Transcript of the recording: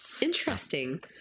Interesting